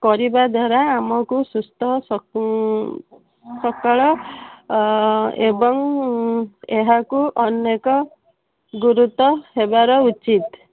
କରିବା ଦ୍ୱାରା ଆମକୁ ସୁସ୍ଥ ସକଳ ଏବଂ ଏହାକୁ ଅନେକ ଗୁରୁତ୍ୱ ହେବାର ଉଚିତ